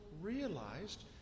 realized